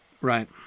right